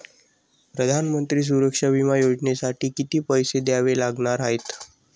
प्रधानमंत्री सुरक्षा विमा योजनेसाठी किती पैसे द्यावे लागणार आहेत?